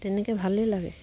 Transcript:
তেনেকৈ ভালেই লাগে